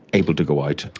able to go out.